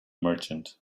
merchant